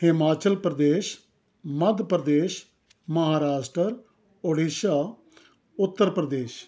Himachal Pradesh Madhya Pradesh Maharashtra Orissa Uttar Pradesh